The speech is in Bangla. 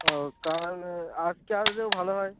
ও কাল আসকে আসলে ভালো হয়